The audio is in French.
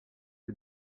que